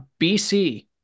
BC